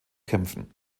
kämpfen